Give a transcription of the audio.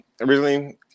originally